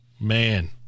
Man